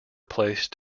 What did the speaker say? placed